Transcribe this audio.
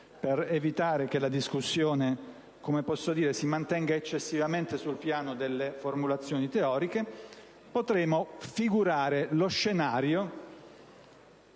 per evitare che la discussione si mantenga eccessivamente sul piano delle formulazioni teoriche), potremo figurare lo scenario